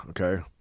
okay